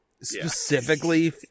Specifically